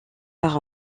par